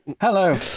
Hello